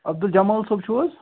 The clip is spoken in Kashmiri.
عبد الجمال صٲب چھُو حظ